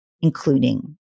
including